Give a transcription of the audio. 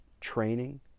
training